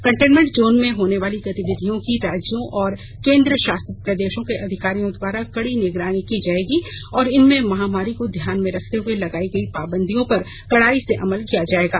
containment zone में होने वाली गतिविधियों की राज्यों और केन्द्र शासित प्रदेशों के अधिकारियों द्वारा कड़ी निगरानी की जाएगी और इनमें महामारी को ध्यान में रखते हुए लगाई गयी पाबंदियों पर कड़ाई से अमल किया जाएगा